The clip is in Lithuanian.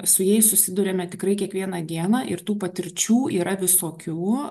su jais susiduriame tikrai kiekvieną dieną ir tų patirčių yra visokių